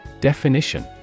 Definition